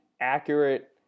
accurate